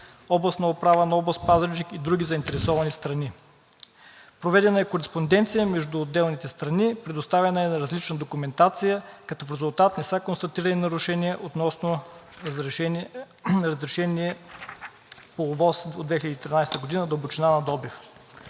областна управа на Област Пазарджик и други заинтересовани страни. Проведена е кореспонденция между отделните страни. Предоставена е различна документация, като в резултат не са констатирани нарушения относно решение по ОВОС от 2013 г. дълбочина на добив.